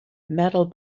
metal